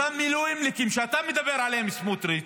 אותם מילואימניקים שאתה מדבר עליהם, סמוטריץ',